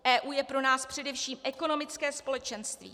EU je pro nás především ekonomické společenství.